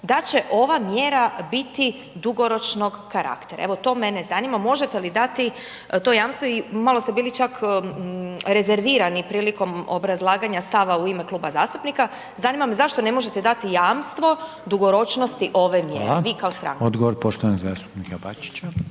da će ova mjera biti dugoročnog karaktera. Evo to mene zanima možete li dati to jamstvo i malo ste bili čak rezervirani prilikom obrazlaganja stava u ime kluba zastupnika. Zanima me zašto ne možete dati jamstvo dugoročnosti ove mjere, vi kao stranka. **Reiner, Željko (HDZ)** Hvala.